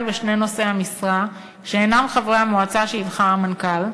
ושני נושאי משרה שאינם חברי המועצה שיבחר המנכ"ל,